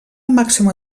màxima